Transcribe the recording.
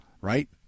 Right